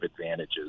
advantages